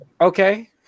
Okay